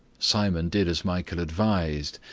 simon did as michael advised,